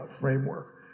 framework